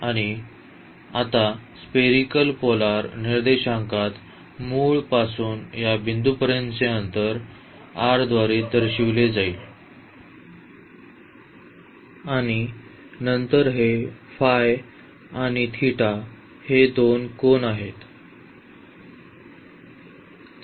तर आता spherical polar निर्देशांकात मूळ पासून या बिंदूपर्यंतचे हे अंतर r द्वारे दर्शविले जाईल आणि नंतर हे दोन कोन आहेत आणि